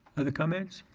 other comments,